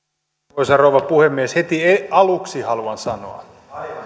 arvoisa rouva puhemies heti aluksi haluan sanoa